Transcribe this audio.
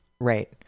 Right